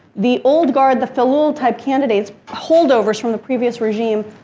the old guard, the feloul type candidates, holdovers from the previous regime,